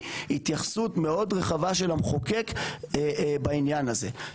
התייחסות מאוד רחבה של המחוקק בעניין הזה.